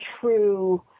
true